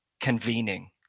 convening